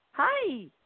Hi